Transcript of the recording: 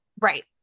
Right